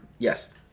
Yes